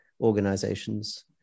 organizations